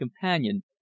companion